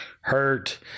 hurt